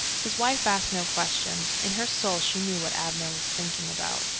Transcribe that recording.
his wife asked no questions. in her soul she knew what abner was thinking about.